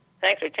thanks